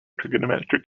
trigonometric